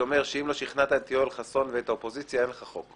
זה אומר שאם לא שכנעת את יואל חסון ואת האופוזיציה אין לך חוק.